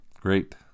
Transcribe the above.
Great